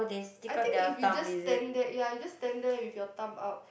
I think if you just stand there ya you just stand there with your thumb out